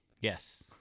Yes